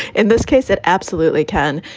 in this case, it absolutely can.